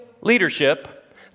leadership